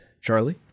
Charlie